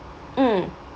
mm